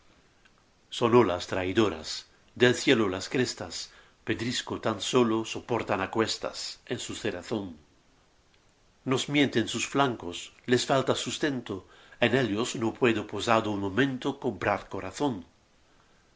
son olas traidoras del cielo las crestas pedrisco tan sólo soportan á cuestas en su cerrazón nos mienten sus flancos les falta sustento en ellos no puedo posada un momento cobrar corazón